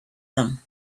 them